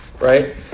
Right